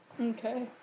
Okay